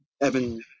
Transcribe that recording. Evan